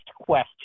question